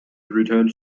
returned